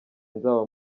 nzaba